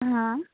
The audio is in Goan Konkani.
हां